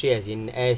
as in S air